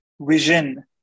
vision